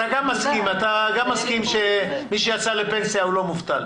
אתה גם מסכים שמי שיצא לפנסיה הוא לא מובטל?